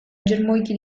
germogli